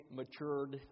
matured